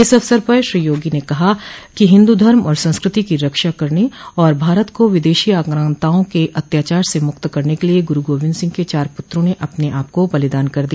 इस अवसर पर श्री योगी ने कहा कि हिन्दू धर्म और संस्कृति की रक्षा करने और भारत को विदेशी आक्रान्ताओं के अत्याचार से मुक्त करने के लिए गुरूगोविन्द सिंह के चार पुत्रों ने अपने आपको बलिदान कर दिया